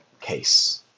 case